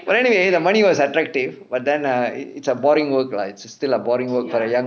but anyway the money was attractive but then err it's a boring work lah it's still a boring work for the young